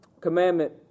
commandment